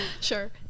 Sure